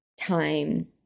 time